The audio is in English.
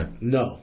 No